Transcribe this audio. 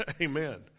Amen